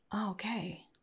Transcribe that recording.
Okay